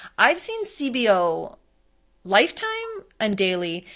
i've seen cbo lifetime and daily,